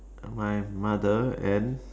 my mother and